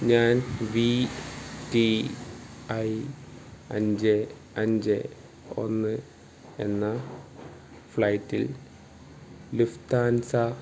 ഞാൻ V T I അഞ്ച് അഞ്ച് ഒന്ന് എന്ന ഫ്ളൈറ്റിൽ ലിഫ്താൻസ